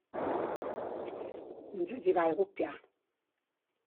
Ínźe źiḃayuġupia.